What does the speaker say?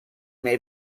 may